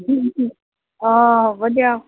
অঁ হ'ব দিয়ক